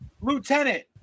Lieutenant